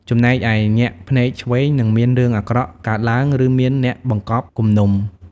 ចំណែកឯ ញាក់ភ្នែកឆ្វេង នឹងមានរឿងអាក្រក់កើតឡើង ឬមានអ្នកបង្កប់គំនុំ។